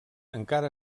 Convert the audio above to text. encara